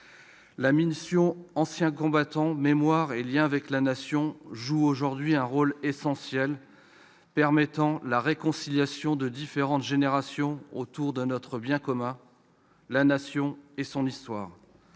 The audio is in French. La mission « Anciens combattants, mémoire et liens avec la Nation » joue aujourd'hui un rôle essentiel, permettant la réconciliation de différentes générations autour de notre bien commun : la Nation et son histoire.